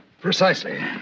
Precisely